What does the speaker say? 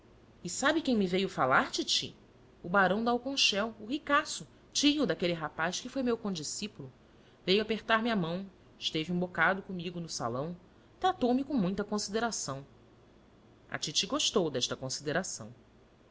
e sabe quem me veio falar titi o barão de alconchel o ricaço tio daquele rapaz que foi meu condiscípulo veio apertar me a mão esteve um bocado comigo no salão tratou-me com muita consideração a titi gostou desta consideração